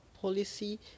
policy